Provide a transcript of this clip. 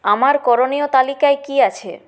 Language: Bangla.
আমার করণীয় তালিকায় কী আছে